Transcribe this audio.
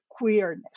queerness